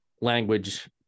language